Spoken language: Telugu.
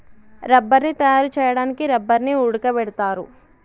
రబ్బర్ని తయారు చేయడానికి రబ్బర్ని ఉడకబెడతారు